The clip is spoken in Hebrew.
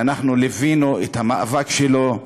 ואנחנו ליווינו את המאבק שלו,